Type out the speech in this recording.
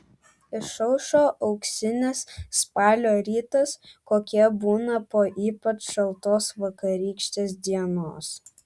išaušo auksinis spalio rytas kokie būna po ypač šaltos vakarykštės dienos